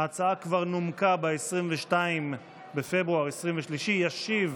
ההצעה כבר נומקה ב-22 בפברואר 2023. ישיב